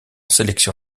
sélection